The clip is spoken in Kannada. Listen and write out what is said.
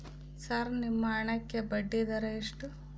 ಸರ್ ನಿಮ್ಮ ಹಣಕ್ಕೆ ಬಡ್ಡಿದರ ಎಷ್ಟು?